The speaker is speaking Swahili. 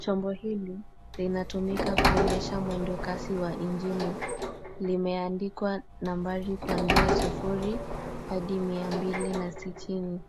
Chombo hili linatumika kuonyesha mwendo kasi wa injili, limeandikwa nambari kuanzia sufuri hadi mia mbili na sitini.